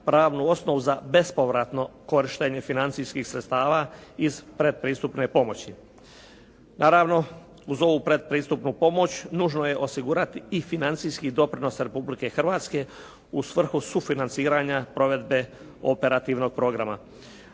pravnu osnovu za bespovratno korištenje financijskih sredstava iz predpristupne pomoći. Naravno, uz ovu predpristupnu pomoć nužno je osigurati i financijski doprinos Republike Hrvatske u svrhu sufinanciranja provedbe operativnog programa.